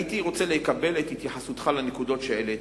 הייתי רוצה לקבל את התייחסותך לנקודות שהעליתי,